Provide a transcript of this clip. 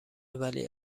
ولی